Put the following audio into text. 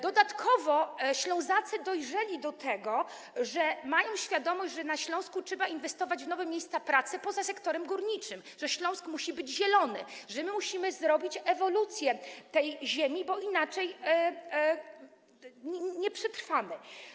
Dodatkowo Ślązacy dojrzeli do tego, mają tego świadomość, że na Śląsku trzeba inwestować w nowe miejsca pracy poza sektorem górniczym, że Śląsk musi być zielony, że musimy przeprowadzić ewolucję tej ziemi, bo inaczej nie przetrwamy.